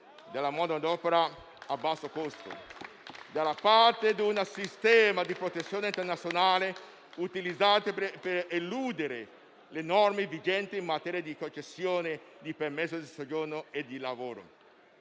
della mano d'opera a basso costo, dalla parte di un sistema di protezione internazionale utilizzato per eludere le norme vigenti in materia di concessione di permesso di soggiorno e di lavoro.